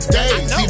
days